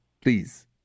please